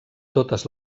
totes